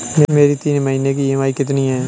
मेरी तीन महीने की ईएमआई कितनी है?